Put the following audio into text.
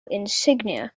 insignia